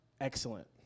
excellent